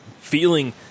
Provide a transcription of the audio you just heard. feeling